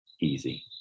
easy